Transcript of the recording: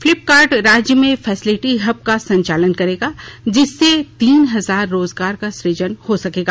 फ्लिपकार्ट राज्य में facility hub का संचालन करेगा जिससे तीन हजार रोजगार का सुजन हो सकेगा